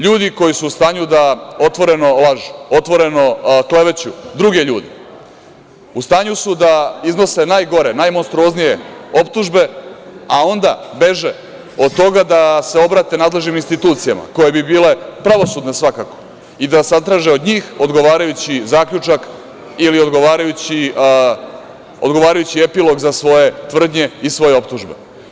LJudi koji su u stanju da otvoreno lažu, otvoreno kleveću druge ljude, u stanju su da iznose najgore, najmonstruoznije optužbe, a onda beže od toga da se obrate nadležnim institucijama koje bi bile pravosudne svakako i da zatraže od njih odgovarajući zaključak ili odgovarajući epilog za svoje tvrdnje i svoje optužbe.